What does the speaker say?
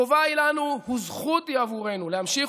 חובה היא לנו וזכות היא בעבורנו להמשיך